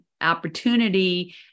opportunity